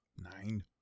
Nine